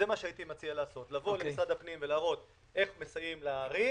זה מה שהייתי מציע לעשות: לבוא למשרד הפנים ולהראות איך מסייעים לערים,